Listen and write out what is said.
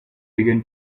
began